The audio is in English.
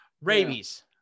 rabies